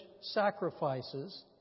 sacrifices